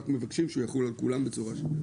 אנחנו רק מבקשים שהוא יחול על כולם בצורה שווה.